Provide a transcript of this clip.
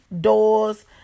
doors